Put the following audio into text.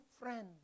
friend